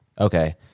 Okay